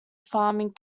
farming